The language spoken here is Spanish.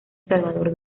salvador